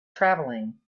travelling